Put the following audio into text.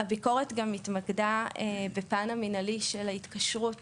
הביקורת גם התמקדה בפן המינהלי של ההתקשרות